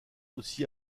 aussi